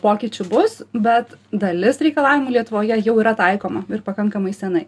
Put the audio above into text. pokyčių bus bet dalis reikalavimų lietuvoje jau yra taikoma ir pakankamai senai